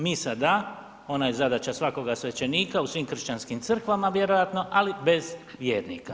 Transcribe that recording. Misa da, ona je zadaća svakoga svećenika u svim kršćanskim crkvama vjerojatno, ali bez vjernika.